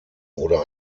oder